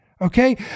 Okay